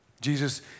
Jesus